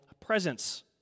presence